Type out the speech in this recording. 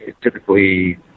typically